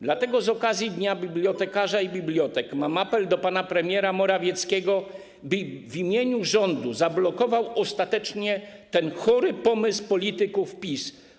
Dlatego z okazji Dnia Bibliotekarza i Bibliotek apeluję do pana premiera Morawieckiego, by w imieniu rządu zablokował ostatecznie ten chory pomysł polityków PiS.